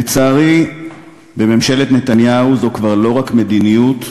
לצערי, בממשלת נתניהו זו כבר לא רק מדיניות,